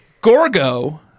Gorgo